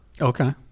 Okay